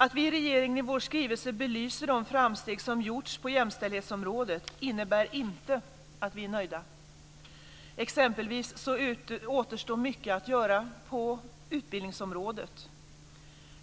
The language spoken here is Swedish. Att vi i regeringen i vår skrivelse belyser de framsteg som gjorts på jämställdhetsområdet innebär inte att vi är nöjda. Exempelvis återstår mycket att göra på utbildningsområdet.